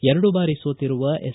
ಎರಡು ಬಾರಿ ಸೋತಿರುವ ಎಸ್